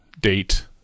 date